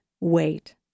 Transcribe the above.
wait